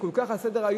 שהם כל כך על סדר-היום,